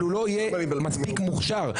אבל הוא לא יהיה מספיק מוכשר.